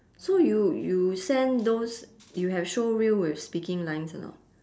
so you you send those you have showreel with speaking lines or not